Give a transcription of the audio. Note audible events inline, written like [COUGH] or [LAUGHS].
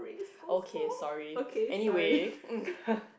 okay sorry anyway [LAUGHS]